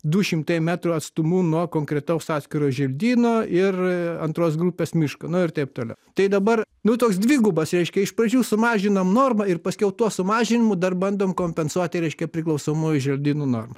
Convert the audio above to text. du šimtai metrų atstumu nuo konkretaus atskirojo želdyno ir antros grupės miško nu ir taip toliau tai dabar nu toks dvigubas reiškia iš pradžių sumažinam normą ir paskiau tuo sumažinimu dar bandom kompensuoti reiškia priklausomųjų želdynų normą